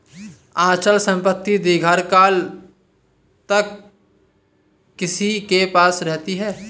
अचल संपत्ति दीर्घकाल तक किसी के पास रहती है